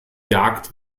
jagd